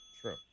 True